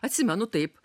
atsimenu taip